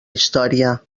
història